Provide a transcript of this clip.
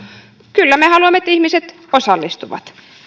kyllä me haluamme että ihmiset osallistuvat